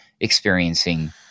experiencing